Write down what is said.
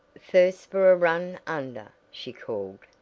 first for a run under! she called,